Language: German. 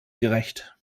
gerecht